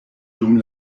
dum